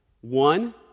one